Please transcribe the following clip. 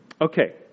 Okay